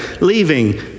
leaving